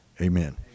Amen